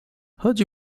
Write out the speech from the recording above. chodź